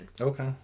Okay